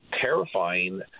terrifying